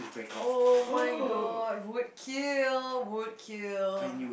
[oh]-my-god would kill would kill